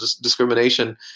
discrimination